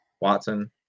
Watson